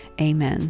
Amen